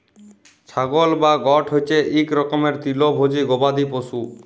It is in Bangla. ছাগল বা গট হছে ইক রকমের তিরলভোজী গবাদি পশু